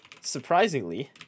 surprisingly